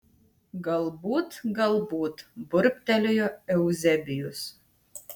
galbūt galbūt burbtelėjo euzebijus